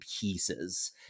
pieces